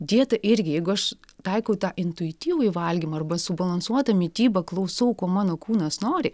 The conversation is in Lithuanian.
dieta irgi jeigu aš taikau tą intuityvųjį valgymą arba subalansuotą mitybą klausau ko mano kūnas nori